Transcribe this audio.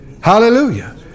Hallelujah